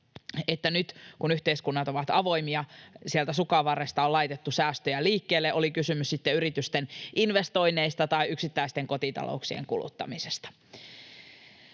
että nyt, kun yhteiskunnat ovat avoimia, sieltä sukanvarresta on laitettu säästöjä liikkeelle, oli kysymys sitten yritysten investoinneista tai yksittäisten kotitalouksien kuluttamisesta.